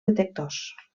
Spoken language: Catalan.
detectors